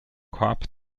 korb